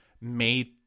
made